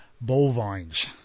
bovines